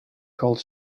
called